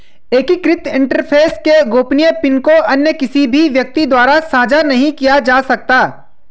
एकीकृत इंटरफ़ेस के गोपनीय पिन को अन्य किसी भी व्यक्ति द्वारा साझा नहीं किया जा सकता